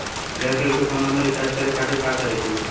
Airtel के phone number recharge करे के खातिर का करे के होई?